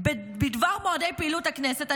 בדבר מועדי פעילות הכנסת,